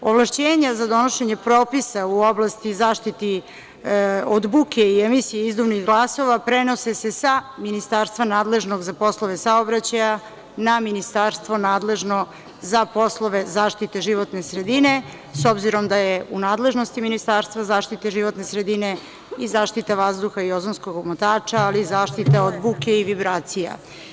Ovlašćenja za donošenje propisa u oblasti i zaštite od buke i emisije izduvnih gasova prenose se sa Ministarstva nadležnog za poslove saobraćaja na Ministarstvo nadležno za poslove zaštite životne sredine, s obzirom da je u nadležnosti Ministarstva za zaštitu životne sredine i zaštite vazduha i ozonskog omotača, ali i zaštite od buke i vibracija.